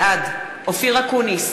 בעד אופיר אקוניס,